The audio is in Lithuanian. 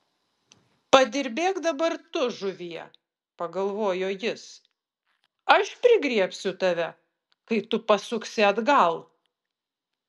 padirbėk dabar tu žuvie pagalvojo jis aš prigriebsiu tave kai tu pasuksi atgal